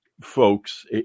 folks